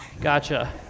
Gotcha